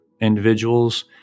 individuals